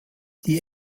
die